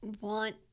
want